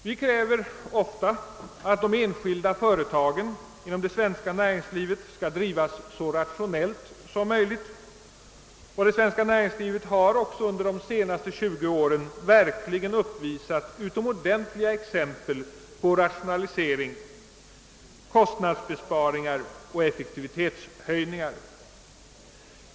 Vi kräver ofta att de enskilda företagen inom det svenska näringslivet skall drivas så rationellt som möjligt, och det svenska näringslivet har också under de senaste 20 åren verkligen uppvisat utomordentliga exempel på rationalisering, kostnadsbesparingar och effektivitetshöjningar.